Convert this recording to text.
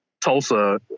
Tulsa